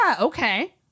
Okay